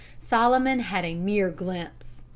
solomon had a mere glimpse.